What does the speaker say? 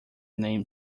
name